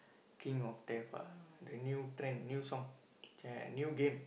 king of death ah the new trend new song new game